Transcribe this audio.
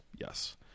Yes